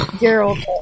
Gerald